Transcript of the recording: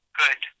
good